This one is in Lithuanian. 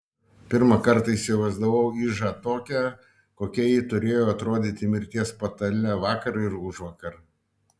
pirmą kartą įsivaizdavau ižą tokią kokia ji turėjo atrodyti mirties patale vakar ir užvakar